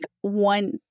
one